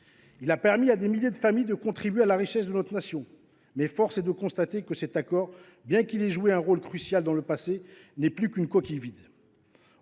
Il a permis à des milliers de familles de contribuer à la richesse de notre nation. Pourtant, force est de constater que cet accord, bien qu’il ait joué un rôle crucial dans le passé, n’est plus aujourd’hui qu’une coquille vide.